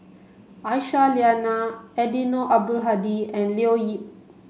Aisyah Lyana Eddino Abdul Hadi and Leo Yip